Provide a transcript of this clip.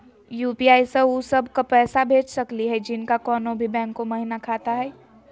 UPI स उ सब क पैसा भेज सकली हई जिनका कोनो भी बैंको महिना खाता हई?